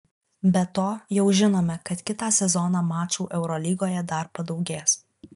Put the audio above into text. be to jau žinome kad kitą sezoną mačų eurolygoje dar padaugės